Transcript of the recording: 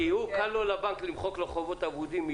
כי קל לבנק למחוק לו חובות אבודים,